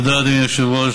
תודה, אדוני היושב-ראש.